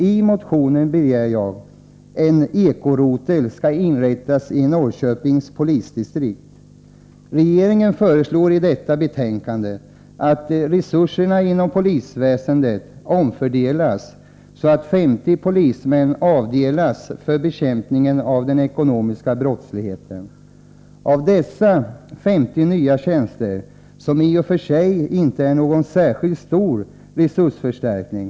I motionen begär jag att en eko-rotel inrättas i Norrköpings polisdistrikt. Av betänkandet framgår att regeringen föreslår att resurserna inom polisväsendet omfördelas, så att 50 polismän avdelas för bekämpning av den ekonomiska brottsligheten. Dessa 50 nya tjänster innebär i och för sig inte någon särskilt stor resursförstärkning.